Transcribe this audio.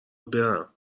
برم